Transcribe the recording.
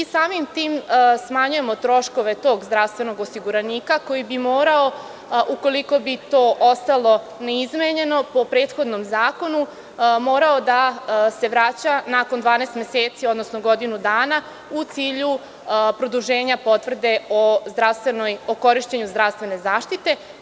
Samim tim smanjujemo troškove tog zdravstvenog osiguranika koji bi morao, ukoliko bi to ostalo neizmenjeno po prethodnom zakonu, da se vraća nakon 12 meseci, odnosno godinu dana, u cilju produženja potvrde o korišćenju zdravstvene zaštite.